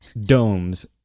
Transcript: domes